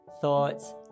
thoughts